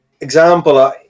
Example